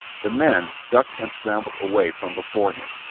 the men ducked and scrambled away from before him,